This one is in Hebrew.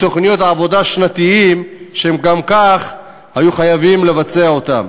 בתוכניות העבודה השנתיות שהם גם כך היו חייבים לבצע אותן.